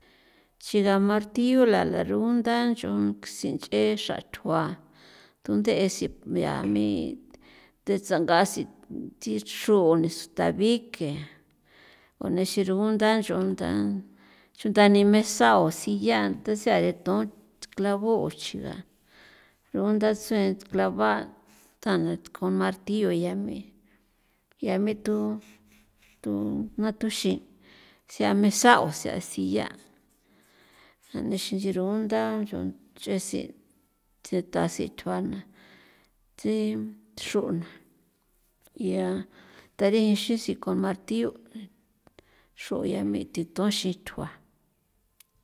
chira martillo la la rugunda nch'on sinch'e xra thjua nthunde'e yami thetsanga tsi thi xro o ne'e so tabique o ne'e xi rugunda ncho ntha chunda ni mesa o silla thi siria thon clavo o chiga rugunda tsuen clava' tha na con martillo ya me ya me thu thu na thuxin' sea mesa o sea silla na xiru gunda ncho ch'e si' tse ta sithua na thi xro na ya tharenxin xikon martillo xro 'ia mi thi thoxin thjua.